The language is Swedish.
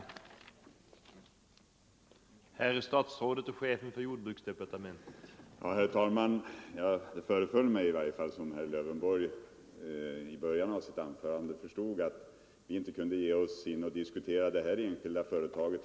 miljövårdande åtgärder